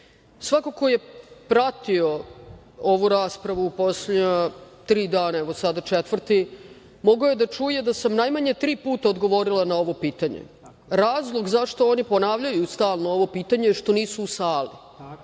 ko je pratio ovu raspravu poslednja tri dana, evo, sad i četvrti, mogao je da čuje da sam najmanje tri puta odgovorila na ovo pitanje. Razlog zašto oni ponavljaju stalno ovo pitanje je što nisu u sali.